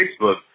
Facebook